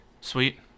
Sweet